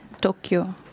Tokyo